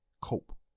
cope